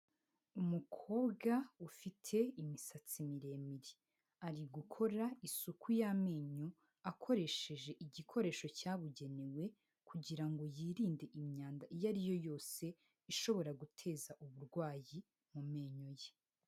Umukobwa ufite imisatsi miremire, ari gukora isuku y'amenyo akoresheje igikoresho cyabugenewe kugira ngo yirinde imyanda iyo ari yo yose, ishobora guteza uburwayi mu menyo ye.